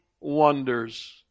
wonders